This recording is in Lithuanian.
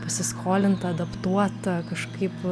pasiskolinta adaptuota kažkaip